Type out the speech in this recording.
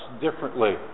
differently